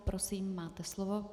Prosím, máte slovo.